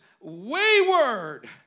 wayward